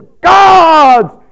God's